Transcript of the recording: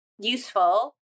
useful